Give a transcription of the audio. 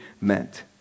meant